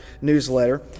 newsletter